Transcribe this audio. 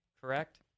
correct